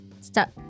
stop